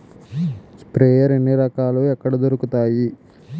Sprayer ఎన్ని రకాలు? ఎక్కడ దొరుకుతాయి?